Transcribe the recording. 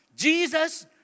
Jesus